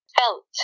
felt